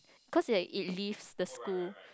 cause like it leaves the school